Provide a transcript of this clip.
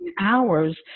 hours